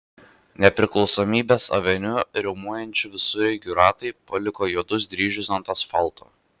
nepriklausomybės aveniu riaumojančių visureigių ratai paliko juodus dryžius ant asfalto